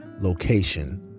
location